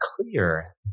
clear